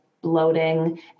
bloating